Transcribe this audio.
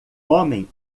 homem